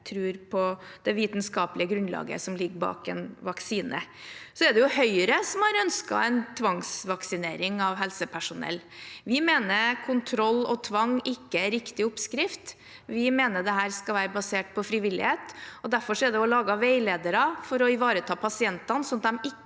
tror på det vitenskapelige grunnlaget som ligger bak en vaksine. Det er Høyre som har ønsket tvangsvaksinering av helsepersonell. Vi mener kontroll og tvang ikke er riktig oppskrift. Vi mener dette skal være basert på frivillighet. Derfor er det også laget veiledere for å ivareta pasientene, sånn at de ikke